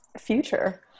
future